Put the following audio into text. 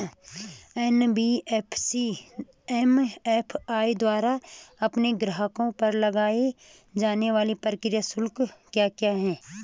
NBFC MFI द्वारा अपने ग्राहकों पर लगाए जाने वाले प्रक्रिया शुल्क क्या क्या हैं?